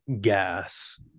gas